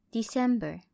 December